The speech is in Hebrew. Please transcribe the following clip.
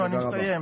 אני תכף מסיים,